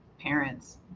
parents